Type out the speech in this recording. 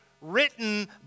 written